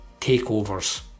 takeovers